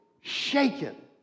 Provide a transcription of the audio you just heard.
shaken